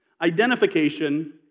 identification